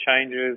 changes